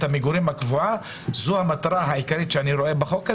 המגורים הקבועה זאת המטרה העיקרית של החוק הזה,